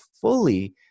fully